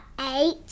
eight